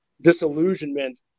disillusionment